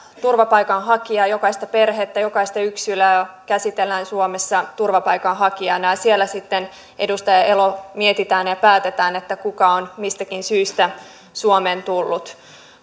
turvapaikanhakijaa jokaista perhettä jokaista yksilöä käsitellään suomessa turvapaikanhakijana ja siellä sitten edustaja elo mietitään ja päätetään kuka on mistäkin syystä suomeen tullut